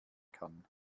kann